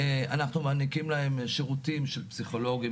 אנחנו מעניקים להם שירותים של פסיכולוגים,